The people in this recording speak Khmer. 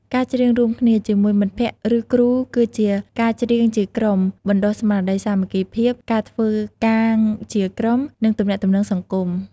ការច្រៀងរួមគ្នា ជាមួយមិត្តភក្តិ ឬគ្រូគឺជា ការច្រៀងជាក្រុមបណ្ដុះស្មារតីសាមគ្គីភាព ការធ្វើការជាក្រុម និងទំនាក់ទំនងសង្គម។